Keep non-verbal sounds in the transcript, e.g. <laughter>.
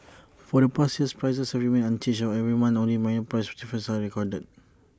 <noise> for the past years prices have remained unchanged and every month only minor price differences are recorded